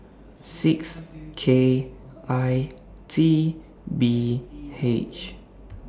six K I T B H